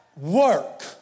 work